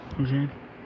okay